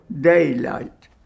daylight